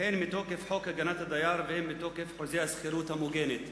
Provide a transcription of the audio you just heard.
הן מתוקף חוק הגנת הדייר והן מתוקף חוזה השכירות המוגנת.